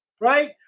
right